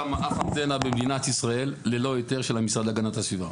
אנטנה במדינת ישראל ללא היתר של המשרד להגנת הסביבה.